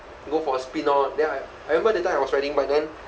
go for a spin orh then I I remember that time I was riding bike then